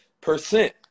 percent